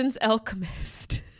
alchemist